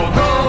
go